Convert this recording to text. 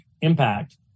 impact